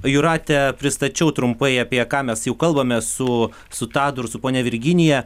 jūrate pristačiau trumpai apie ką mes jau kalbamės su su tadu ir su ponia virginija